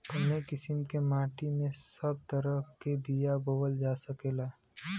कवने किसीम के माटी में सब तरह के बिया बोवल जा सकेला?